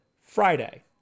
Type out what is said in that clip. Friday